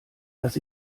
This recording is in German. dass